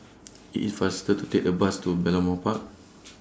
IT IS faster to Take The Bus to Balmoral Park